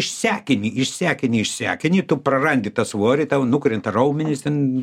išsekini išsekini išsekini tu prarandi tą svorį tau nukrenta raumenys ten